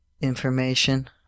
information